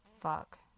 Fuck